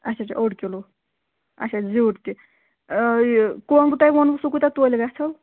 اَچھا اَچھا اوٚڑ کِلوٗ اَچھا اَچھا ژِیُر تہِ یہِ کۄنٛگ تۄہہِ ووٚنوٕ سُہ کوٗتاہ تولہِ گَژھو